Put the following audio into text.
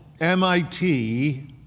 MIT